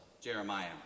Jeremiah